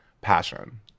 passion